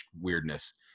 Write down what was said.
weirdness